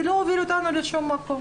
זה לא מוביל אותנו לשום מקום.